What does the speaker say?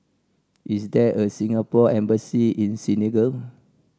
is there a Singapore Embassy in Senegal